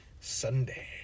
Sunday